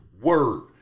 word